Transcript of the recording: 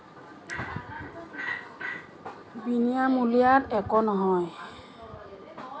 বিনামূলীয়াত একো নহয়